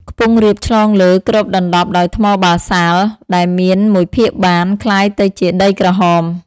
ខ្ពង់រាបឆ្លងលើ គ្របដណ្តប់ដោយថ្មបាសាល់ ដែលមានមួយភាគបាន ក្លាយទៅជាដីក្រហម ។